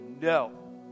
No